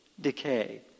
decay